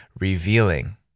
revealing